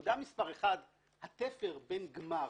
התפר בין גמר